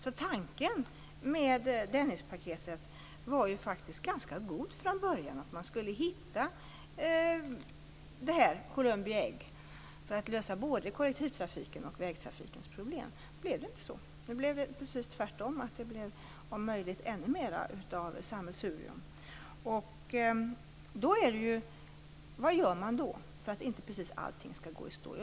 Tanken med Dennispaketet var från början ganska god. Man skulle hitta Columbi äggs lösning på kollektivtrafikens och vägtrafikens problem. Nu blev det inte så. Det blev precis tvärtom, dvs. om möjligt ännu mera av sammelsurium. Vad gör man då för att inte precis allting skall gå i stå?